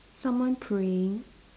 someone praying